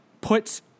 puts